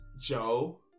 Joe